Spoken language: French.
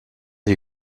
les